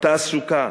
תעסוקה,